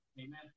Amen